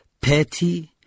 petty